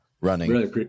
running